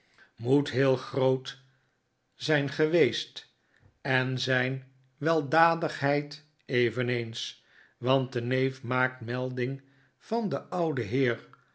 chuzzlewit heel groot zijn geweest en zijn weldadigheid eveneens want de neef maakt melding van den ouden heer